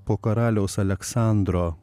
po karaliaus aleksandro